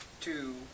two